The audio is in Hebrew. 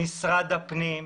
משרד הפנים,